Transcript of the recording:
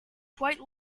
quite